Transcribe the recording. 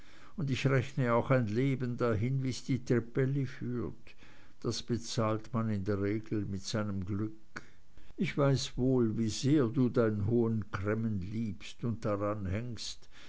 und ich rechne auch ein leben dahin wie's die trippelli führt das bezahlt man in der regel mit seinem glück ich weiß wohl wie sehr du dein hohen cremmen liebst und daran hängst